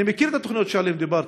אני מכיר את התוכניות שעליהן דיברת,